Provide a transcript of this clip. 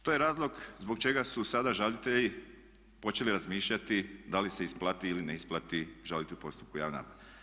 To je razlog zbog čega su sada žalitelji počeli razmišljati da li se isplati ili ne isplati žaliti u postupku javne nabave.